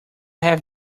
have